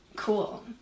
cool